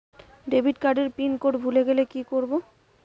Debit card এর pin code ভুলে গেলে কি করব?